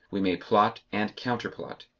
we may plot and counter-plot,